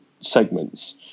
segments